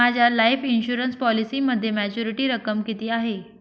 माझ्या life insurance पॉलिसीमध्ये maturity रक्कम किती आहे?